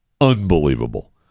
unbelievable